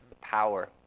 power